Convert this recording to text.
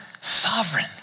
sovereign